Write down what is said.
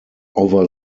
over